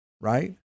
right